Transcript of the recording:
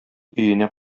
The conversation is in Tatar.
өенә